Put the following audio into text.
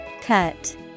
cut